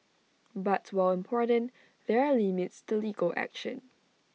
but while important there are limits to legal action